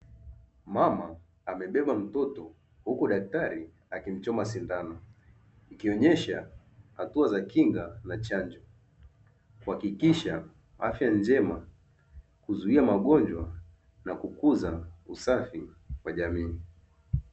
Mama amebeba mtoto huku daktari akimchoma sindano, ikionyesha hatua za kinga kuhakikisha afya njema, kuzuia magonjwa na kukuza usafi kwa jamii.